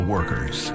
Workers